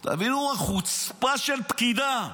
תבינו, חוצפה של פקידה,